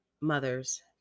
mothers